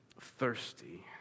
thirsty